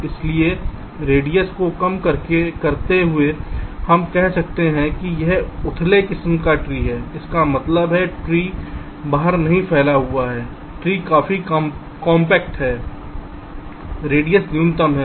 इसलिए रेडियस को कम करते हुए हम कह सकते हैं यह एक उथले किस्म का ट्री है इसका मतलब है ट्री बाहर नहीं फैल रहा है ट्री काफी कॉम्पैक्ट है रेडियस न्यूनतम है